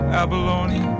abalone